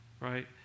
Right